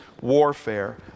warfare